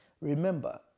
Remember